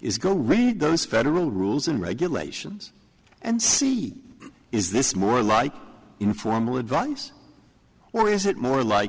is go read those federal rules and regulations and see is this more like informal advice where is it more like